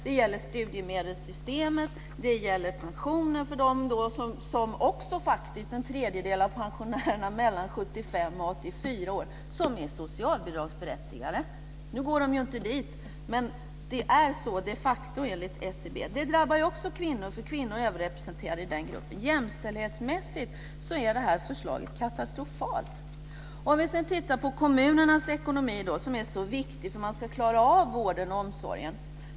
Det gäller studiemedelssystemet, och det gäller en tredjedel av pensionärerna mellan 75 och 84 år, som är socialbidragsberättigade. Nu går de inte till socialbyrån, men det är de facto så här enligt SCB. Detta drabbar också kvinnor, eftersom de är överrepresenterade i den gruppen. Jämställdhetsmässigt är det här förslaget katastrofalt. Vi kan sedan se på kommunernas ekonomi, som är så viktig för att man ska klara vården och omsorgen.